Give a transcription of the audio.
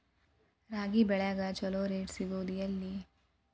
ರಾಗಿ ಬೆಳೆಗೆ ಛಲೋ ರೇಟ್ ಸಿಗುದ ಎಲ್ಲಿ?